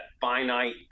finite